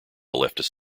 leftist